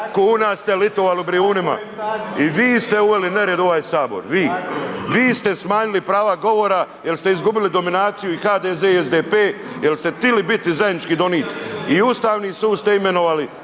kuna ste litovali u Brijunima i vi ste uveli nered u ovaj sabor, vi, vi ste smanjili prava govora jer ste izgubili dominaciju i HDZ i SDP jer ste htjeli biti i zajednički donit i Ustavni sud ste imenovali